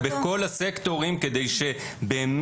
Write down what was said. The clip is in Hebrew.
לצערי הרב,